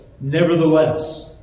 Nevertheless